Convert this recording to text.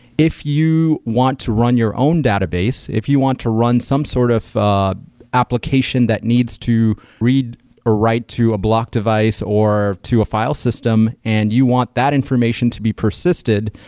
if you want to run your own database, if you want to run some sort of application that needs to read or write to a block device or to a file system and you want that information to be persisted,